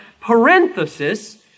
parenthesis